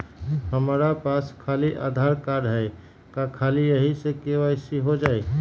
हमरा पास खाली आधार कार्ड है, का ख़ाली यही से के.वाई.सी हो जाइ?